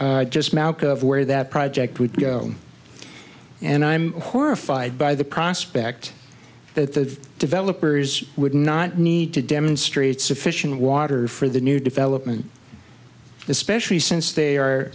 where that project would go and i'm horrified by the prospect that the developers would not need to demonstrate sufficient water for the new development especially since they are